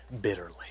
bitterly